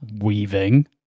Weaving